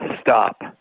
stop